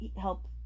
help